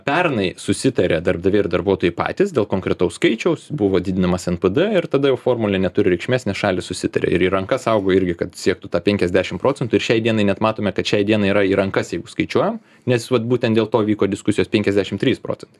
pernai susitarė darbdaviai ir darbuotojai patys dėl konkretaus skaičiaus buvo didinamas npd ir tada formulė neturi reikšmės nes šalys susitarė ir į rankas augo irgi kad siektų tą penkiasdešim procentų ir šiai dienai net matome kad šiai dienai yra į rankas jeigu skaičiuojam nes vat būtent dėl to vyko diskusijos penkiasdešim trys procentai